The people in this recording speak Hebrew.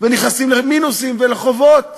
ונכנסים למינוסים ולחובות,